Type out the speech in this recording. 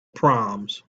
proms